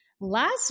last